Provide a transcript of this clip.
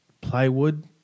plywood